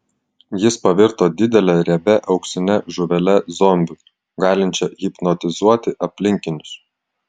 jis pavirto didele riebia auksine žuvele zombiu galinčia hipnotizuoti aplinkinius